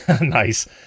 nice